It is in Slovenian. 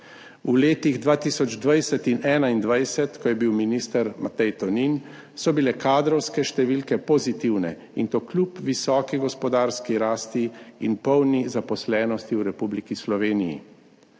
2020 in 2021, ko je bil minister Matej Tonin, so bile kadrovske številke pozitivne, in to kljub visoki gospodarski rasti in polni zaposlenosti v Republiki Sloveniji.